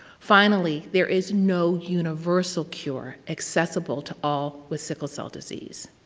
finally, there is no universal cure accessible to all with sickle cell disease.